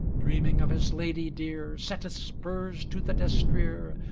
dreaming of his lady dear setteth spurs to the destrere,